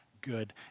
good